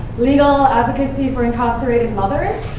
legal advocacy for incarcerated mothers.